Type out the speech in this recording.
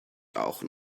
auch